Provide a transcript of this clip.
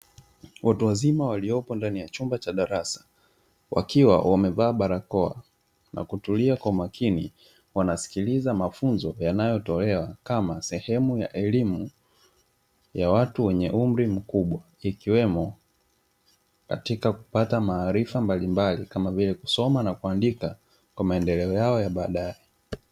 Watu wazima waliopo ndani ya chumba cha darasa, wakiwa wamevaa barakoa na kutulia kwa makini; wanasikiliza mafunzo yanayotolewa kama sehemu ya elimu ya watu wenye umri mkubwa, ikiwemo katika kupata maarifa mbalimbali kama kusoma na kuandika kwa maendeleo yao ya baadaye.